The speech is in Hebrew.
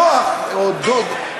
דוֹחַ או דוֹח,